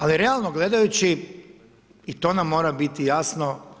Ali realno gledajući i to nam mora biti jasno.